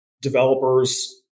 developers